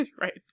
Right